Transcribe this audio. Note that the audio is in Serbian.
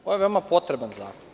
Ovo je veoma potreban zakon.